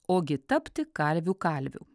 ogi tapti kalvių kalviu